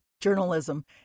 journalism